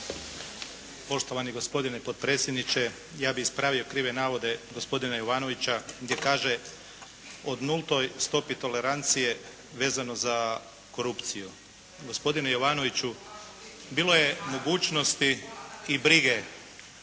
Poštovani gospodine potpredsjedniče, ja bih ispravio krive navode gospodina Jovanovića gdje kaže o nultoj stopi tolerancije vezano za korupciju. Gospodine Jovanoviću bilo je mogućnosti i brige